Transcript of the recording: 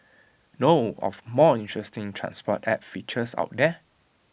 know of more interesting transport app features out there